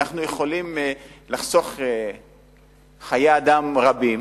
אנחנו יכולים לחסוך חיי אדם רבים